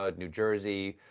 ah new jersey,